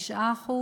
שיעורם על 9%,